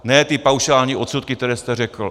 Ne ty paušální odsudky, které jste řekl.